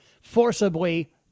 forcibly